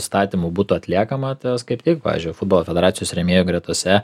statymų būtų atliekama tai jos kaip tik pavyzdžiui futbolo federacijos rėmėjų gretose